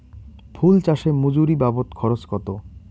ফুল চাষে মজুরি বাবদ খরচ কত?